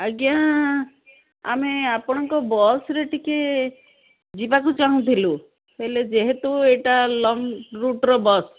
ଆଜ୍ଞା ଆମେ ଆପଣଙ୍କ ବସ୍ରେ ଟିକେ ଯିବାକୁ ଚାହୁଁଥିଲୁ ହେଲେ ଯେହେତୁ ଏଇଟା ଲଙ୍ଗ ରୁଟ୍ର ବସ୍